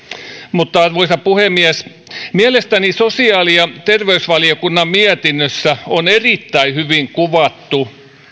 arvoisa puhemies mielestäni sosiaali ja terveysvaliokunnan mietinnössä on erittäin hyvin kuvattu